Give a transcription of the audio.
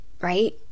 right